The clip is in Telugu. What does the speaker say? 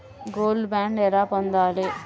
గోల్డ్ బాండ్ ఎలా పొందాలి?